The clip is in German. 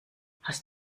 hast